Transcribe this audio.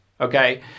okay